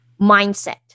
mindset